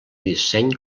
disseny